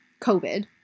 COVID